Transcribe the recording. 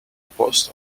post